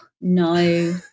no